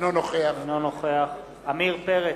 אינו נוכח עמיר פרץ,